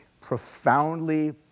profoundly